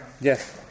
Yes